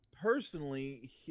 Personally